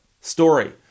story